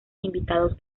invitados